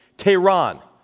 tehran,